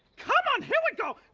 come on, here we go.